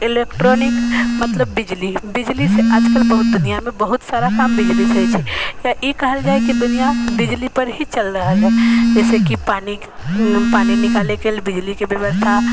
electronic मतलब बिजली बिजलीसँ आजकल बहुत दुनिआमे बहुत सारा काम बिजलीसँ होइ छै तऽ ई कहल जाइ कि दुनिआ बिजलीपर ही चलि रहल हइ जइसेकि पानी पानी निकालैके लेल बिजलीके बेबस्था